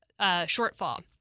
shortfall